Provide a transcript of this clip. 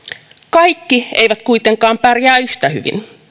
kaikki eivät kuitenkaan pärjää yhtä hyvin